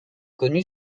connue